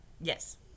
Yes